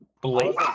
Blake